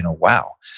and wow,